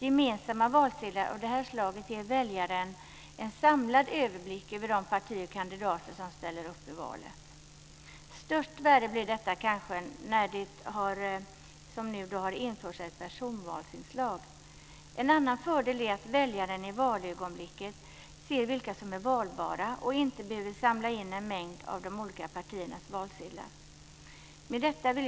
Gemensamma valsedlar av detta slag ger väljaren en samlad överblick över de partier och kandidater som ställer upp i valet. Av störst värde får detta kanske när det som nu har införts ett personvalsinslag. En annan fördel är att väljaren i valögonblicket ser vilka som är valbara och inte behöver samla in en mängd av de olika partiernas valsedlar. Fru talman!